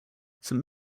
saint